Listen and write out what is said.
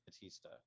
Batista